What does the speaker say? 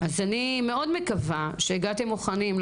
אז אני מאוד מקווה שהגעתם מוכנים,